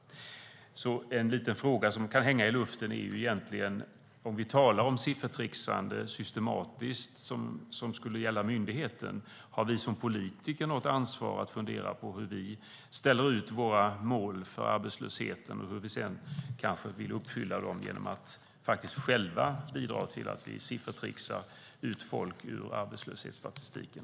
En liten fråga som kan hänga i luften är: Har vi som politiker, om vi talar om systematiskt siffertricksande som skulle gälla myndigheten, något ansvar för att fundera på hur vi ställer upp våra mål för arbetslösheten och hur vi sedan kanske vill uppfylla dem genom att själva bidra till att siffertricksa folk ut ur arbetslöshetsstatistiken?